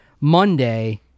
Monday